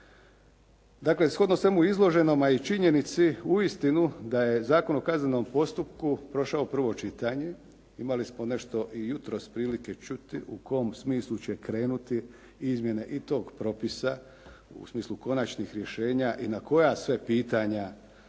Dakle shodno svemu izloženom, a i činjenici uistinu da je Zakon o kaznenom postupku prošao prvo čitanje. Imali smo nešto i jutros prilike čuti u kom smislu će krenuti izmjene i tog propisa, u smislu konačnih rješenja i na koja sve pitanja